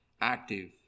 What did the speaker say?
active